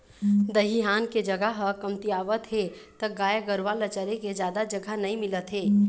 दइहान के जघा ह कमतियावत हे त गाय गरूवा ल चरे के जादा जघा नइ मिलत हे